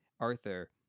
Arthur